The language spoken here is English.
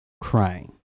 crying